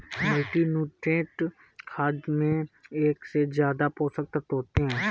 multinutrient खाद में एक से ज्यादा पोषक तत्त्व होते है